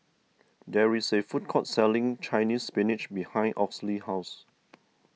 there is a food court selling Chinese Spinach behind Orley's house